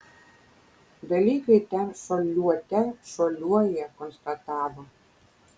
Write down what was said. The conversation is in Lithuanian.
dalykai ten šuoliuote šuoliuoja konstatavo